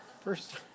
first